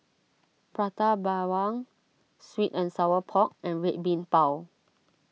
Prata Bawang Sweet and Sour Pork and Red Bean Bao